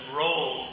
roll